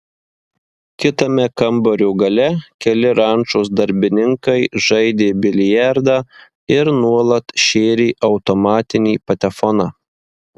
kitame kambario gale keli rančos darbininkai žaidė biliardą ir nuolat šėrė automatinį patefoną